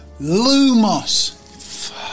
Lumos